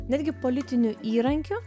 netgi politiniu įrankiu